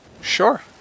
Sure